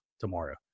tomorrow